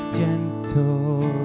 gentle